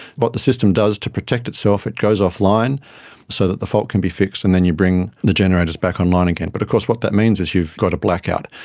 what the system does to protect itself, it goes off-line so that the fault can be fixed, and then you bring the generators back online again. but of course what that means is you've got a blackout.